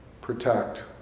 protect